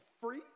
free